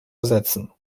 ersetzen